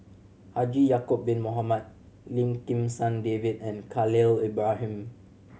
Haji Ya'acob Bin Mohamed Lim Kim San David and Khalil Ibrahim